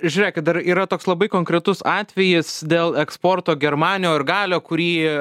žiūrėkit dar yra toks labai konkretus atvejis dėl eksporto germanio ir galio kurį